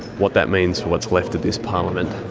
what that means for what's left of this parliament,